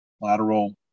lateral